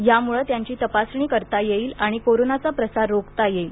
यामुळे त्यांची तपासणी करता येईल आणि कोरोनाचा प्रसार रोखता येईल